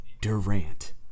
Durant